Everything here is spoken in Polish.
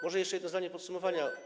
Może jeszcze jedno zdanie podsumowania.